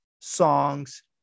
songs